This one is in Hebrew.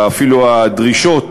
ואפילו הדרישות,